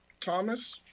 Thomas